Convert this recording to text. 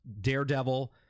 Daredevil